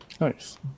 Nice